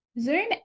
Zoom